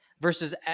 Versus